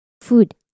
food